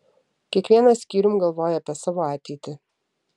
kiekvienas skyrium galvoja apie savo ateitį